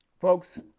Folks